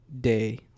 day